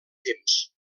temps